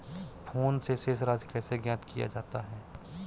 Phone से शेष राशि कैसे ज्ञात किया जाता है?